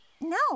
No